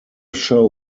show